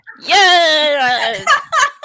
Yes